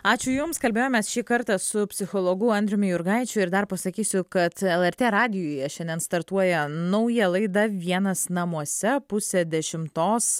ačiū jums kalbėjomės šį kartą su psichologu andriumi jurgaičiu ir dar pasakysiu kad lrt radijuje šiandien startuoja nauja laida vienas namuose pusę dešimtos